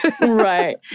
Right